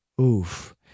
oof